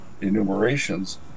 enumerations